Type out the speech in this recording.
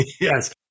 Yes